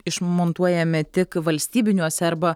išmontuojami tik valstybiniuose arba